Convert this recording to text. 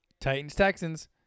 Titans-Texans